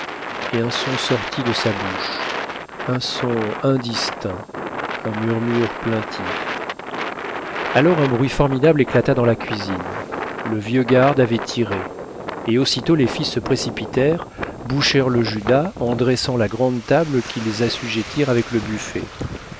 et un son sortit de sa bouche un son indistinct un murmure plaintif alors un bruit formidable éclata dans la cuisine le vieux garde avait tiré et aussitôt les fils se précipitèrent bouchèrent le judas en dressant la grande table qu'ils assujettirent avec le buffet